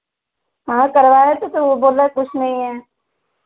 हाँ करवाए थे सर वह बोल रहा है कुछ नहीं है